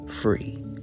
free